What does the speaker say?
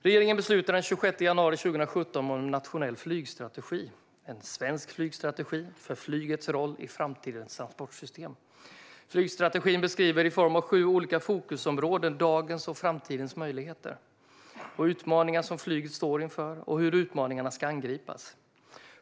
Regeringen beslutade den 26 januari 2017 om en nationell flygstrategi, En svensk flygstrategi - för flygets roll i framtidens transportsystem . Flygstrategin beskriver i form av sju olika fokusområden dagens och framtida möjligheter och utmaningar som flyget står inför och hur utmaningarna ska angripas.